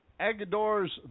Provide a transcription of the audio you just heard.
Agador's